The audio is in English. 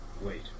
wait